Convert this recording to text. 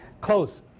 Close